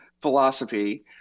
philosophy